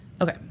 Okay